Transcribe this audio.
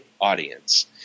audience